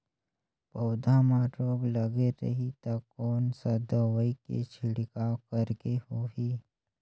पौध मां रोग लगे रही ता कोन सा दवाई के छिड़काव करेके होही?